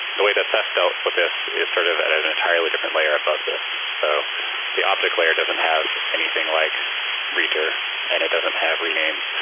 the way that ceph dealt with this is sort of at at an entirely different layer above this. so the object layer doesn't have anything like reader and it doesn't have rename,